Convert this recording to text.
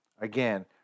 again